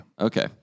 Okay